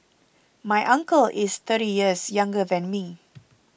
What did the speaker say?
my uncle is thirty years younger than me